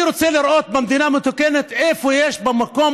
אני רוצה לראות במדינה מתוקנת איפה יש מקום